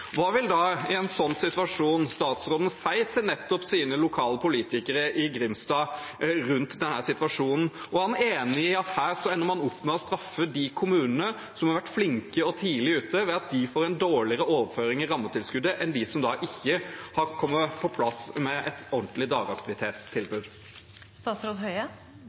Hva vil statsråden si til sine lokalpolitikere i Grimstad om denne situasjonen, og er han enig i at man her ender opp med å straffe de kommunene som har vært flinke og tidlig ute, ved at de får en dårligere overføring i rammetilskuddet enn dem som ikke har fått et ordentlig dagaktivitetstilbud på plass? Det jeg sier til kommunene, er at de skal ha dagaktivitetstilbud, og derfor har vi et